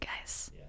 guys